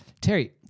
Terry